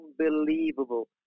unbelievable